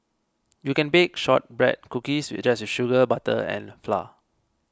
you can bake Shortbread Cookies just with sugar butter and flour